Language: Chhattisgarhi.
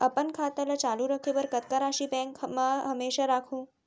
अपन खाता ल चालू रखे बर कतका राशि बैंक म हमेशा राखहूँ?